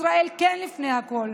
ישראל כן לפני הכול.